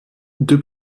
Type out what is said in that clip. deux